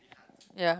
yeah